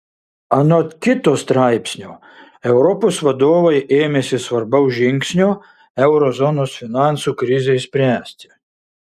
anot kito straipsnio europos vadovai ėmėsi svarbaus žingsnio euro zonos finansų krizei spręsti